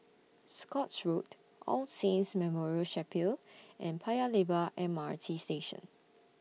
Scotts Road All Saints Memorial Chapel and Paya Lebar M R T Station